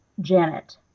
Janet